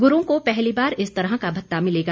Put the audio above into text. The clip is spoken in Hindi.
गुरों को पहली बार इस तरह का भत्ता मिलेगा